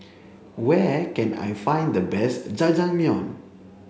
where can I find the best Jajangmyeon